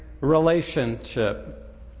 relationship